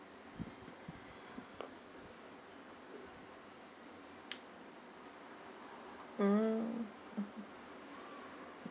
mm mmhmm